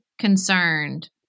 concerned